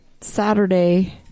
Saturday